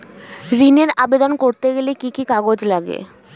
ঋণের আবেদন করতে গেলে কি কি কাগজ লাগে?